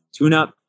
TuneUp